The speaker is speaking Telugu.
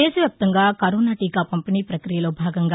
దేశ వ్యాప్తంగా కరోనా టీకా పంపిణీ ప్రక్రియలో భాగంగా